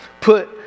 put